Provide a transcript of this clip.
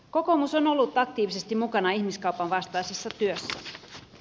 kokoomus on ollut aktiivisesti mukana ihmiskaupan vastaisessa työssä